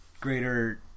greater